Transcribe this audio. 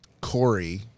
Corey